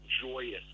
joyous